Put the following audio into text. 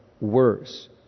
worse